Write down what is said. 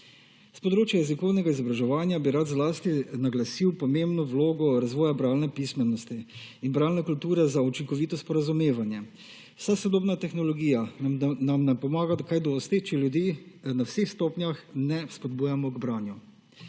S področji jezikovnega izobraževanja bi rad zlasti naglasil pomembno vlogo razvoja bralne pismenosti in bralne kulture za učinkovito sporazumevanje. Vsa sodobna tehnologija nam ne pomaga kaj dosti, če ljudi na vseh stopnjah ne vzpodbujamo k branju.